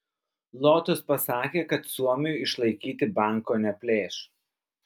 lotus pasakė kad suomiui išlaikyti banko neplėš